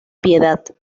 piedad